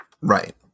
Right